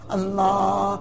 Allah